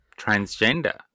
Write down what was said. transgender